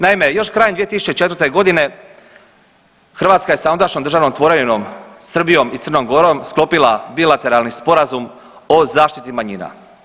Naime, još krajem 2004.g. Hrvatska je sa ondašnjom državnom tvorevinom Srbijom i Crnom Gorom sklopila bilateralni Sporazum o zaštiti manjina.